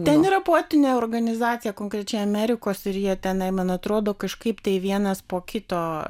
ten yra poetinė organizacija konkrečiai amerikos ir jie tenai man atrodo kažkaip tai vienas po kito